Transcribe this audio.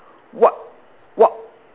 what what